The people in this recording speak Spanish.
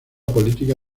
política